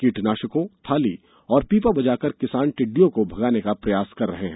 कीटनाशकों थाली और पीपा बजाकर किसान टिड्डियों को भगाने का प्रयास कर रहे हैं